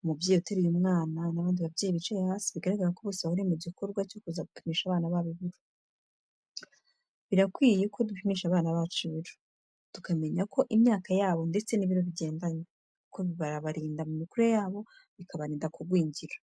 umubyeyi uteruye umwana, n'abandi babyeyi bicaye hasi, bigaragara ko bose bahuriye mu gikorwa cyo kuza gupimisha abana babo ibiro, birakwiye ko dupimisha abana bacu ibiro, tukamenya ko imyaka yabo ndetse n'ibiro bigendanye, kuko birabarinda mu mikurire yabo, bikabarinda kugwingira.